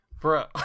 bro